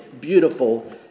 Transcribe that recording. beautiful